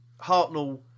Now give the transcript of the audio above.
Hartnell